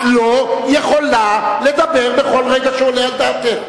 את לא יכולה לדבר בכל רגע שעולה על דעתך.